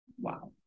Wow